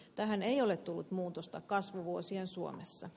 tähän ei ole tullut muutosta kasvuvuosien suomessa